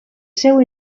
seu